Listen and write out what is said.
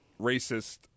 racist